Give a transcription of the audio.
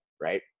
Right